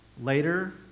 Later